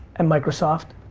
and microsoft,